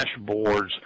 dashboards